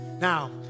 Now